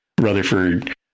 Rutherford